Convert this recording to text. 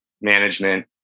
management